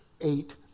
eight